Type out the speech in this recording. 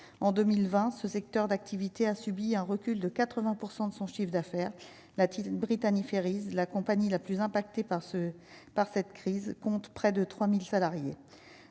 en 2020, ce secteur d'activité, a subi un recul de 80 % de son chiffre d'affaires, l'a-t-il Brittany Ferries : la compagnie la plus impactée par ce par cette crise, compte près de 3000 salariés,